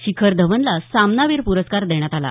शिखर धवनला सामनावीर प्रस्कार देण्यात आला